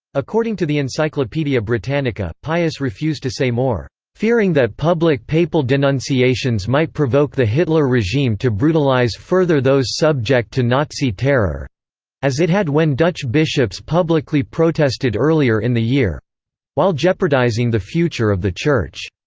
according to the encyclopaedia britannica, pius refused to say more fearing that public papal denunciations might provoke the hitler regime to brutalize further those subject to nazi terror as it had when dutch bishops publicly protested earlier in the year while jeopardizing the future of the church.